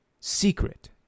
secret